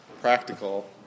practical